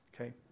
Okay